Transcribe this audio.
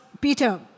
Peter